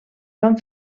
van